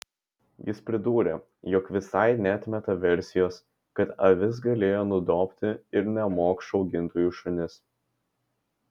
jis pridūrė jog visai neatmeta versijos kad avis galėjo nudobti ir nemokšų augintojų šunys